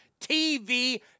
TV